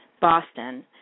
Boston